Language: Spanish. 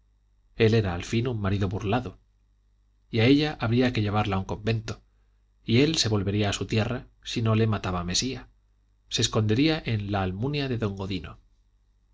él era al fin un marido burlado y a ella habría que llevarla a un convento y él se volvería a su tierra si no le mataba mesía se escondería en la almunia de don godino